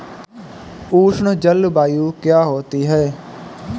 उष्ण जलवायु क्या होती है?